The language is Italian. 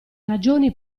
ragioni